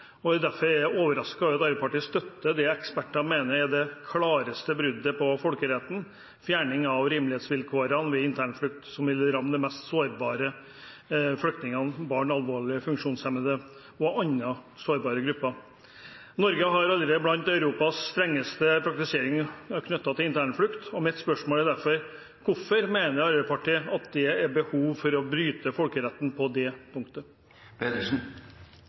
jul. Jeg opplever at Arbeiderpartiet deler Venstres oppfatning om at vi skal respektere de folkerettslige forpliktelsene, og er derfor overrasket over at Arbeiderpartiet støtter det ekspertene mener er det klareste bruddet på folkeretten – fjerning av rimelighetsvilkårene ved internflukt, som vil ramme de mest sårbare flyktningene, som barn, alvorlig funksjonshemmede og andre sårbare grupper. Norge er allerede blant Europas strengeste når det gjelder praktisering knyttet til internflukt, og mitt spørsmål er derfor: Hvorfor mener Arbeiderpartiet at det er behov for